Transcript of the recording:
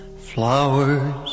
Flowers